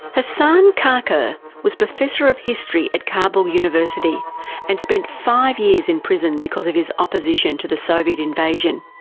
hassan kakar was professor of history at kabul university and spent five years in prison because of his opposition to the soviet invasion.